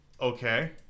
Okay